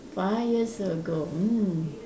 five years ago mm